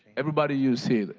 everybody you see.